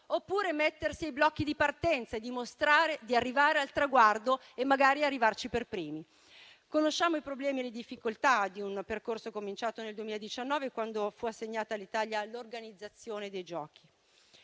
oppure mettersi ai blocchi di partenza e dimostrare di arrivare al traguardo e magari arrivarci per primi. Conosciamo i problemi e le difficoltà di un percorso cominciato nel 2019, quando fu assegnata all'Italia l'organizzazione dei Giochi,